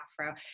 Afro